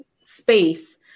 space